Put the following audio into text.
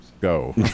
go